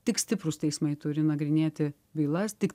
tik stiprūs teismai turi nagrinėti bylas tik